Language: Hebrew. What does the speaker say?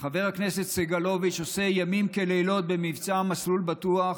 חבר הכנסת סגלוביץ' עושה לילות כימים במבצע "מסלול בטוח",